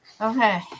Okay